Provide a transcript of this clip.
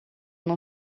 não